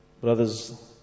Brothers